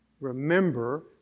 remember